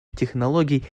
технологий